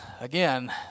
Again